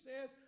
says